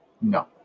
No